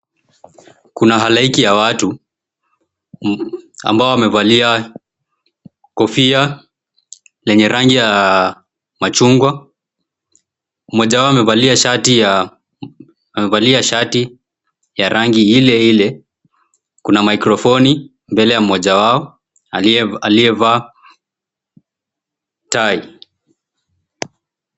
Kuna halaiki ya watu ambao wamevalia kofia lenye rangi ya 𝑚𝑎𝑐ℎ𝑢𝑛𝑔𝑤𝑎, mmoja wao amevalia shati ya rangi ile ile kuna microfoni mbele ya mmoja wao aliyevaa tai.